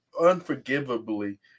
unforgivably